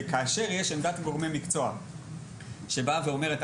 וכאשר יש עמדת גורמי מקצוע שבאה ואומרת,